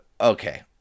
okay